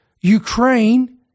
Ukraine